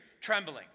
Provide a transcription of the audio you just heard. trembling